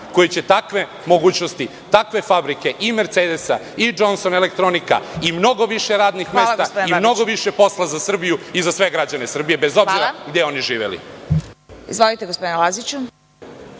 koji će takve mogućnosti, takve fabrike i „Mercedesa“ i „Džonson elektronik“ i mnogo više radnih mesta i mnogo više posla za Srbiju i za sve građane Srbije, bez obzira gde oni živeli. **Vesna Kovač** Izvolite, gospodine Laziću.